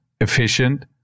efficient